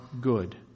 good